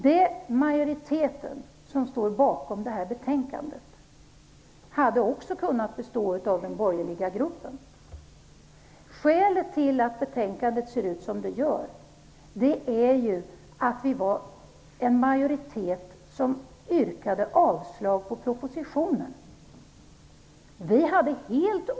Den majoritet som står bakom det här betänkandet hade också kunnat bestå av den borgerliga gruppen. Skälet till att betänkandet ser ut som det gör är att vi som yrkade avslag på propositionen var i majoritet.